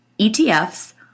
ETFs